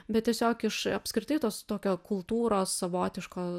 bet tiesiog iš apskritai tos tokio kultūros savotiško